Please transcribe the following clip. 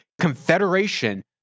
confederation